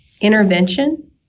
intervention